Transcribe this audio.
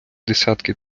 десятки